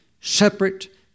separate